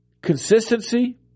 Consistency